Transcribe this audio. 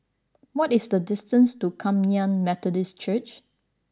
what is the distance to Kum Yan Methodist Church